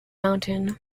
mountain